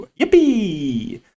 Yippee